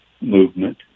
movement